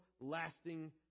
lasting